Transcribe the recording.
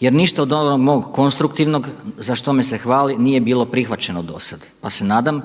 jer ništa od onog mog konstruktivnog za što me se hvali nije bilo prihvaćeno do sada, pa se nadam